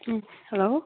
hello